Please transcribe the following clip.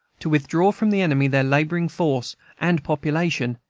to withdraw from the enemy their laboring force and population,